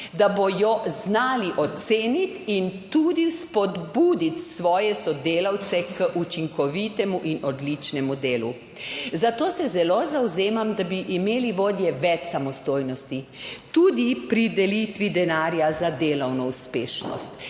da bodo znali oceniti in tudi spodbuditi svoje sodelavce k učinkovitemu in odličnemu delu. Zato se zelo zavzemam, da bi imeli vodje več samostojnosti tudi pri delitvi denarja za delovno uspešnost.